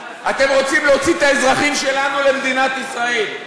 אתם רוצים להוציא את האזרחים שלנו למדינת ישראל?